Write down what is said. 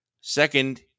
Second